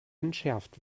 entschärft